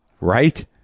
right